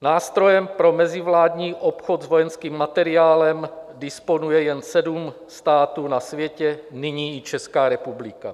Nástrojem pro mezivládní obchod s vojenským materiálem disponuje jen sedm států na světě, nyní i Česká republika.